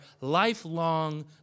lifelong